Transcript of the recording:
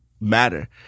matter